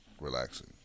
relaxing